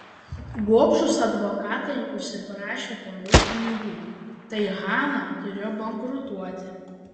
gobšūs advokatai užsiprašė per daug pinigų tai hana turėjo bankrutuoti